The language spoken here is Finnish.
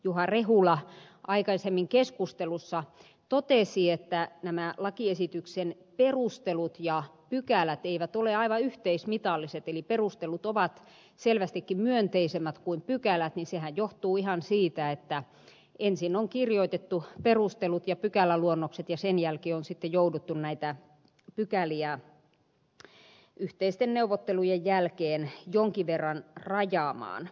juha rehula aikaisemmin keskustelussa totesi että lakiesityksen perustelut ja pykälät eivät ole aivan yhteismitalliset eli perustelut ovat selvästikin myönteisemmät kuin pykälät niin sehän johtuu ihan siitä että ensin on kirjoitettu perustelut ja pykäläluonnokset ja sen jälkeen on sitten jouduttu näitä pykäliä yhteisten neuvottelujen jälkeen jonkin verran rajaamaan